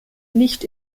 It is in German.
nicht